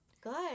Good